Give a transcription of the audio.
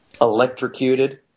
electrocuted